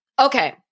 Okay